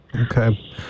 Okay